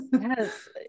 Yes